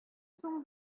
соң